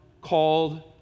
called